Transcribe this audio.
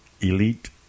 elite